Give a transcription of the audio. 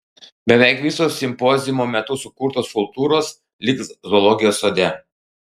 beveik visos simpoziumo metu sukurtos skulptūros liks zoologijos sode